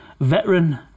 veteran